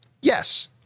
Yes